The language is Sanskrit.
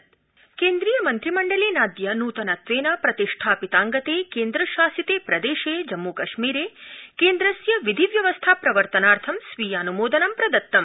केन्द्वीय मन्त्रिमंडलम् केन्द्रीय मन्त्रिमण्डलेनाद्य नूतनत्वेन प्रतिष्ठापितांगते केन्द्रशासिते प्रदेशे जम्मूकश्मीरे केन्द्रस्य विधि व्यवस्था प्रवर्तनार्थ स्वीयान्मोदनं प्रदत्तम्